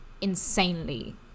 insanely